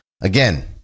Again